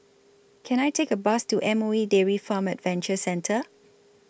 Can I Take A Bus to M O E Dairy Farm Adventure Centre